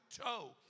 toe